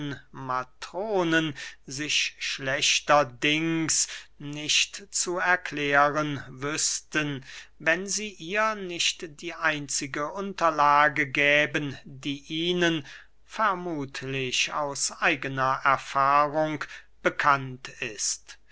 matronen sich schlechterdings nicht zu erklären wüßten wenn sie ihr nicht die einzige unterlage gäben die ihnen vermuthlich aus eigener erfahrung bekannt ist